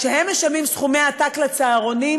כשהם משלמים סכומי עתק לצהרונים,